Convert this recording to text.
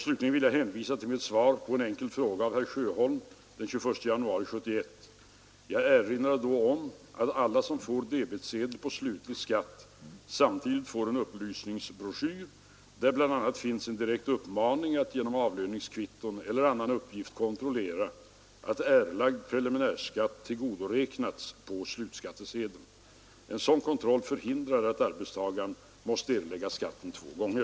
Slutligen vill jag hänvisa till mitt svar på en enkel fråga av herr Sjöholm den 21 januari 1971. Jag erinrade då om att alla som får debetsedel på slutlig skatt samtidigt får en upplysningsbroschyr, där bl.a. finns en direkt uppmaning att genom avlöningskvitton eller annan uppgift kontrollera att erlagd preliminär skatt tillgodoräknats på slutskattesedeln. En sådan kontroll förhindrar att arbetstagaren måste erlägga skatten två gånger.